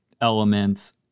elements